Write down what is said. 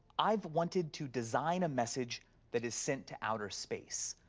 i've wanted to design a message that is sent to outer space.